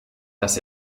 dass